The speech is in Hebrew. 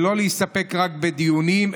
ולא להסתפק רק בדיונים,